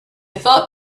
thought